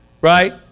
right